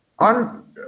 On